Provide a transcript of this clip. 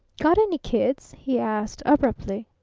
got any kids? he asked abruptly.